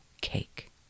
cake